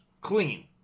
clean